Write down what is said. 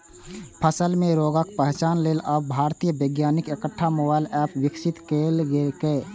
फसल मे रोगक पहिचान लेल आब भारतीय वैज्ञानिक एकटा मोबाइल एप विकसित केलकैए